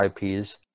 ips